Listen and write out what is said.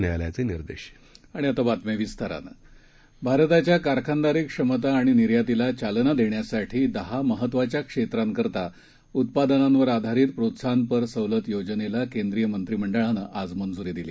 न्यायालयाचे निर्देश भारताच्या कारखानदारी क्षमता आणि निर्यातीला चालना देण्यासाठी दहा महत्वाच्या क्षेत्रांकरता उत्पादनाधारित प्रोत्साहनपर सवलत योजनेला केंद्रीय मंत्रिमंडळानं आज मंजुरी दिली